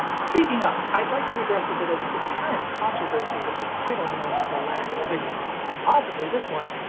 speaking of, i'd like to address a bit of apparent controversy with the titling of the last video. and possibly this one.